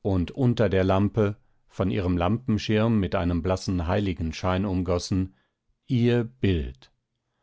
und unter der lampe von ihrem lampenschirm mit einem blassen heiligenschein umgossen ihr bild